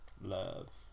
Love